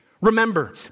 Remember